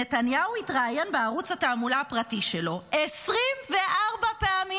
מאז 2019 נתניהו התראיין בערוץ התעמולה הפרטי שלו 24 פעמים,